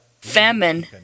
famine